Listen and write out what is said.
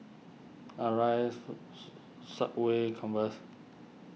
Arai Subway Converse